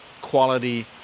quality